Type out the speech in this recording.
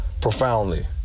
profoundly